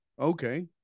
okay